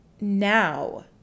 now